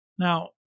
Now